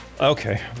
Okay